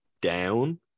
down